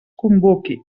convoqui